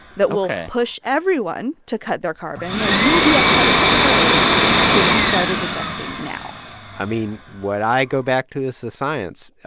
that will push everyone to cut their carbon, and you'll be ahead of the curve because you started investing now i mean, what i go back to is the science. i